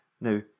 Now